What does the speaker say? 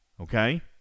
Okay